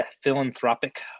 philanthropic